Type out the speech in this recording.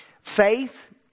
faith